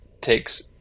takes